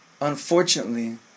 unfortunately